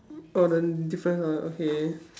oh the difference ah okay